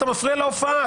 אתה מפריע להופעה,